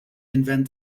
invent